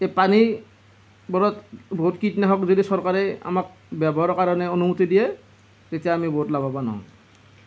এই পানীবোৰত বহুত কীটনাশক যদি চৰকাৰে আমাক ব্য়ৱহাৰৰ কাৰণে অনুমতি দিয়ে তেতিয়া আমি বহুত লাভৱান হ'ম